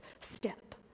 step